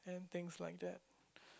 and things like that